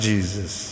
Jesus